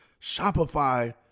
Shopify